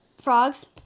frogs